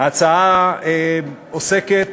ההצעה עוסקת